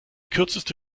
kürzeste